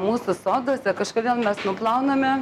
mūsų soduose kažkodėl mes nuplauname